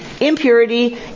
impurity